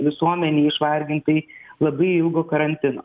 visuomenei išvargintai labai ilgo karantino